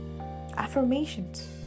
affirmations